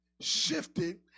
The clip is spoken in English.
shifted